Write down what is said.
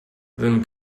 then